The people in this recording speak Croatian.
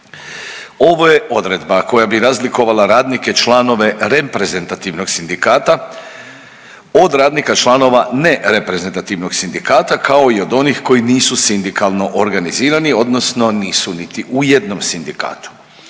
Ovo je odredba koja bi razlikovala radnike članove reprezentativnog sindikata od radnika članova nereprezentativnog sindikata kao i od onih koji nisu sindikalno organizirani odnosno nisu niti u jednom sindikatu.